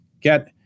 get